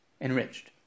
enriched